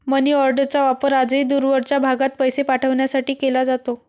मनीऑर्डरचा वापर आजही दूरवरच्या भागात पैसे पाठवण्यासाठी केला जातो